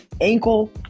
ankle